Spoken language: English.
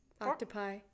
octopi